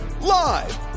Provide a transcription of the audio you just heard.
live